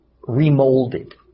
remolded